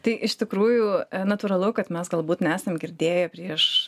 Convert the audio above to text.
tai iš tikrųjų natūralu kad mes galbūt nesam girdėję prieš